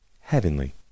heavenly